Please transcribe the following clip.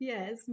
Yes